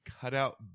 cutout